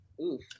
Oof